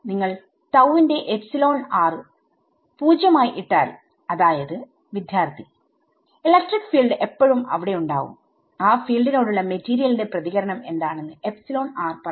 നിങ്ങൾ തൌ ന്റെ epsilon r 0 ആയി ഇട്ടാൽ അതായത് ഇലക്ട്രിക് ഫീൽഡ് എപ്പഴും അവിടെ ഉണ്ടാവും ആ ഫീൽഡ് നോടുള്ള മെറ്റീരിയലിന്റെ പ്രതികരണം എന്താണെന്ന് പറയുന്നു